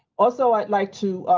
also, i'd like to